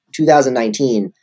2019